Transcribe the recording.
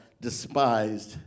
despised